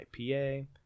IPA